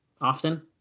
often